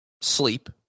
sleep